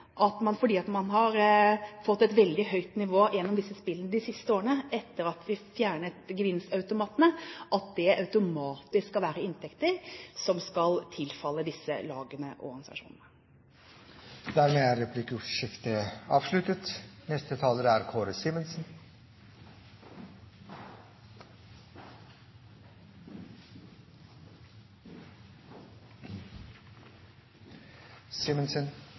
fordi man har fått et veldig høyt nivå gjennom disse spillene de siste årene etter at vi fjernet gevinstautomatene, at det automatisk skal være inntekter som skal tilfalle disse lagene og organisasjonene. Replikkordskiftet er avsluttet.